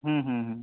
হুম হুম হুম